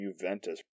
Juventus